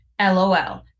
LOL